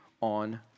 on